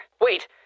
Wait